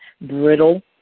brittle